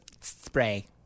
spray